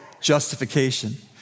justification